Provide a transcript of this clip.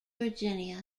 virginia